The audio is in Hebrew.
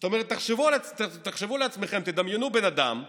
זאת אומרת, תחשבו לעצמכם, תדמיינו בן אדם שהיה,